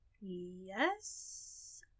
Yes